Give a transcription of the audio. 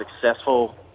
successful